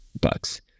bucks